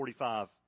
45